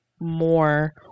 more